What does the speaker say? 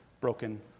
broken